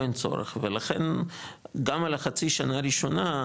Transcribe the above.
או אין צורך ולכן גם על החצי שנה הראשונה,